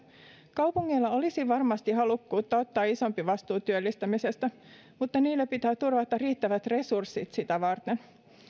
kaupungeilla olisi varmasti halukkuutta ottaa isompi vastuu työllistämisestä mutta niille pitää turvata riittävät resurssit sitä varten